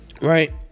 Right